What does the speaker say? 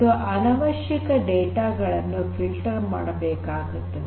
ಮತ್ತು ಅನವಶ್ಯಕ ಡೇಟಾ ಗಳನ್ನು ಫಿಲ್ಟರ್ ಮಾಡಬೇಕಾಗುತ್ತದೆ